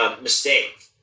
mistake